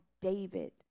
David